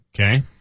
Okay